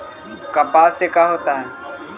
कपास से का होता है?